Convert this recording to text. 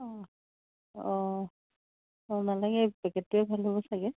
অঁ অঁ অঁ নালাগে এই পেকেটটোৱে ভাল হ'ব চাগৈ